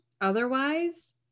Otherwise